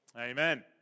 Amen